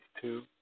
two